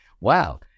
wow